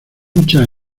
muchas